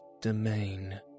domain